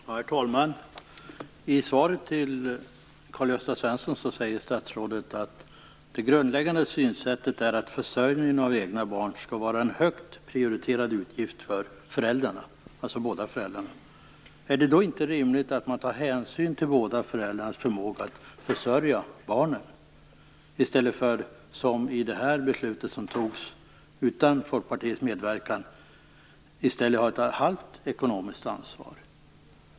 Herr talman! I svaret till Karl-Gösta Svenson säger statsrådet att det grundläggande synsättet är att försörjningen av egna barn skall vara en högt prioriterad utgift för föräldrarna, alltså båda föräldrarna. Är det då inte rimligt att man tar hänsyn till båda föräldrarnas förmåga att försörja barnen i stället för att ha, enligt det beslut som fattades utan Folkpartiets medverkan, ett halvt ekonomiskt ansvar?